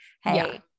Hey